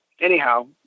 anyhow